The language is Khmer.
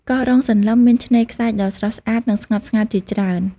កោះរ៉ុងសន្លឹមមានឆ្នេរខ្សាច់ដ៏ស្រស់ស្អាត និងស្ងប់ស្ងាត់ជាច្រើន។